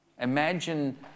Imagine